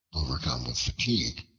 overcome with fatigue,